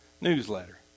newsletter